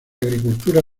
agricultura